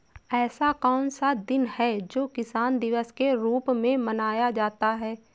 ऐसा कौन सा दिन है जो किसान दिवस के रूप में मनाया जाता है?